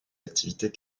activités